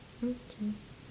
okay